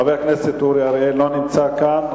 חבר הכנסת אורי אריאל, לא נמצא כאן.